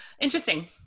Interesting